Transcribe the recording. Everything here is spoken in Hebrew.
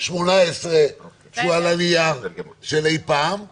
אנחנו רוצים לשמוע את העמדה שלכם בסוגיה הזאת של הוראת קבע.